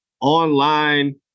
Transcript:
online